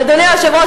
אדוני היושב-ראש,